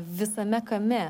visame kame